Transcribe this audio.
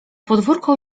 podwórko